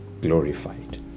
glorified